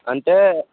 అంటే